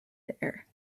there